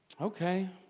Okay